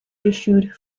issued